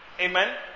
Amen